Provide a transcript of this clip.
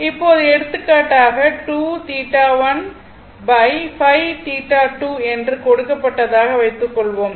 இப்போது எடுத்துக்காட்டாக 2∠15∠2 என்று கொடுக்கப்பட்டதாக வைத்துக்கொள்வோம்